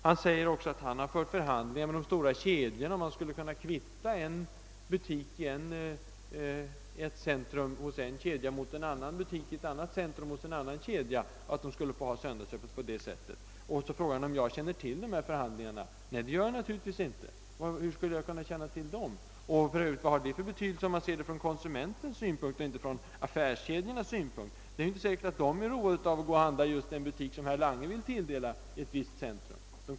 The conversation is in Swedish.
Han säger också att han fört förhandlingar med de stora kedjorna om man skulle kunna kvitta en butik i ett centrum hos en kedja mot en butik i ett annat centrum hos en annan kedja, så att dessa butiker kunde få ha söndagsöppet. Så frågar han om jag känner till dessa förhandlingar. Nej, det gör jag naturligtvis inte. Hur skulle jag kunna känna till dem? Vad har det för övrigt för betydelse, om man ser från konsumentens och inte från affärskedjornas synpunkt? Det är inte säkert att konsumenterna är roade av att handla just i den butik som herr Lange vill tilldela ett visst centrum.